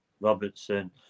Robertson